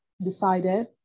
decided